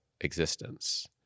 existence